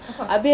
of course